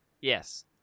Yes